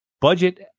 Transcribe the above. budget